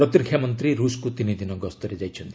ପ୍ରତିରକ୍ଷା ମନ୍ତ୍ରୀ ରୁଷକୁ ତିନିଦିନ ଗସ୍ତରେ ଯାଇଛନ୍ତି